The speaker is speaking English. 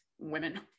women